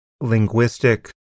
linguistic